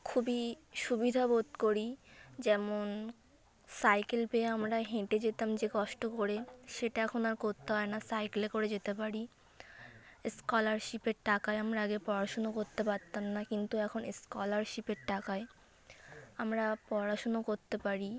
খুবই সুবিধা বোধ করি যেমন সাইকেল পেয়ে আমরা হেঁটে যেতাম যে কষ্ট করে সেটা এখন আর করতে হয় না সাইকেলে করে যেতে পারি স্কলারশিপের টাকায় আমরা আগে পড়াশুনো করতে পারতাম না কিন্তু এখন স্কলারশিপের টাকায় আমরা পড়াশুনো করতে পারি